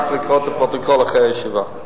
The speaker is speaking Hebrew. רק לקרוא את הפרוטוקול אחרי הישיבה.